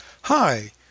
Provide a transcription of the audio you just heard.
Hi